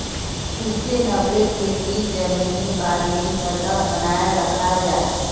sustainable खेतित ज़मीनी पानीर स्तर बनाए राखाल जाहा